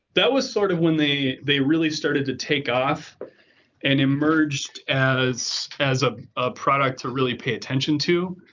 that was sort of when they they really started to take off and emerged as as a ah product to really pay attention to.